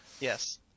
Yes